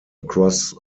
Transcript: across